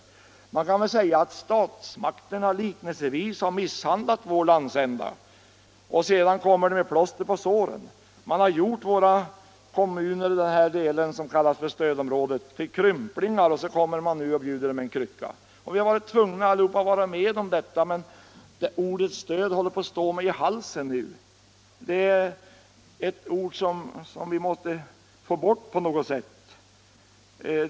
Liknelsevis kan man väl säga att statsmakterna misshandlat vår landsända och sedan kommer med plåster på såren. Man har gjort kommunerna i den del av landet som kallas stödområde till krymplingar och erbjuder dem nu en krycka. Vi har alla varit med om att genomföra detta, men ordet ”stöd” håller på att stå mig upp i halsen. Vi måste på något sätt få bort detta ord från debatten.